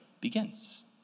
begins